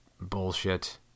bullshit